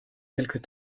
quelques